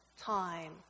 time